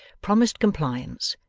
promised compliance,